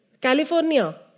California